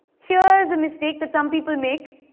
here's a mistake that some people make.